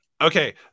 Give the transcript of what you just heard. okay